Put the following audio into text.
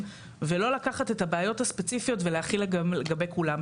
ולא לקחת את הבעיות הספציפיות ולהחיל לגבי כולם.